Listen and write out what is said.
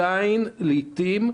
לעיתים,